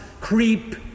creep